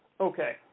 Okay